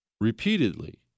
repeatedly